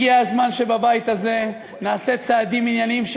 הגיע הזמן שבבית הזה נעשה צעדים ענייניים,